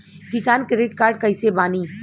किसान credit card कइसे बानी?